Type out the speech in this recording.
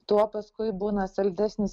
tuo paskui būna saldesnis